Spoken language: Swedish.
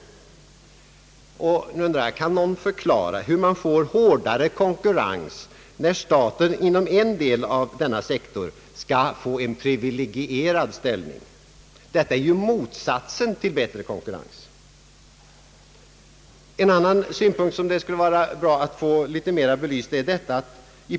Kan någon förklara hur man får en hårdare konkurrens när staten inom en del av denna sektor skall få en privilegierad ställning? Detta är ju motsatsen till bättre konkurrens. En annan punkt som vi tycker att det skulle vara av intresse att få något närmare belyst är följande.